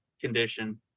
condition